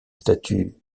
statue